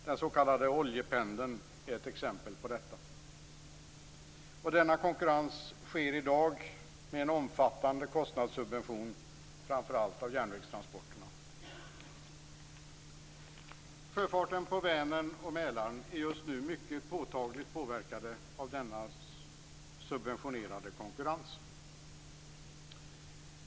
Den så kallade oljependeln är ett exempel på detta. Denna konkurrens sker i dag med en omfattande kostnadssubvention, framför allt av järnvägstransporterna. Sjöfarten på Vänern och Mälaren är just nu mycket påtagligt påverkade av denna subventionerade konkurrens.